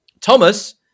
Thomas